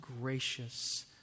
gracious